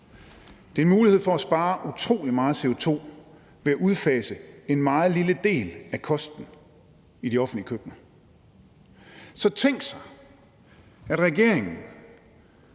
Det er en mulighed for at spare utrolig meget CO2 ved at udfase en meget lille del af kosten i de offentlige køkkener. Så tænk sig, at regeringen,